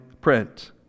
print